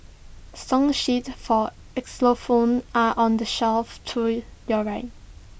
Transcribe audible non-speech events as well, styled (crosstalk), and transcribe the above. song sheets for (unintelligible) are on the shelf to your right